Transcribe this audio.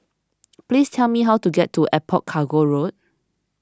please tell me how to get to Airport Cargo Road